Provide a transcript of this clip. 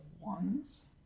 ones